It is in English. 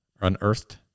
unearthed